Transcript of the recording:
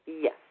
Yes